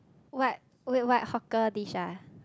what wait what hawker dish ah